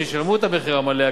שישלמו את המחיר המלא,